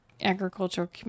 agricultural